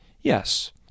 Yes